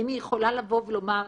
האם היא יכולה לבוא ולומר,